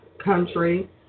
country